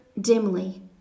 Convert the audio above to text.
dimly